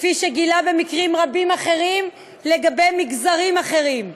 כפי שגילה במקרים רבים אחרים לגבי מגזרים אחרים.